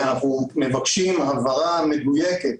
אנחנו מבקשים הבהרה מדויקת